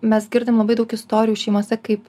mes girdim labai daug istorijų šeimose kaip